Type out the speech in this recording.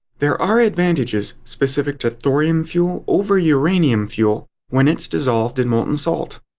there are advantages specific to thorium-fuel over uranium-fuel when it's dissolved in molten salt.